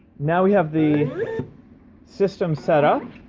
now we have the system set up.